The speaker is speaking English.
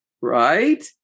right